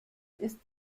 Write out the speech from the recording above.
ist